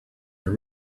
are